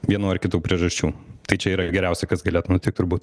vienų ar kitų priežasčių tai čia yra geriausia kas galėtų nutikt turbūt